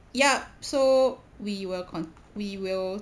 ya so we will con~ we will